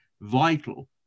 vital